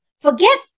Forget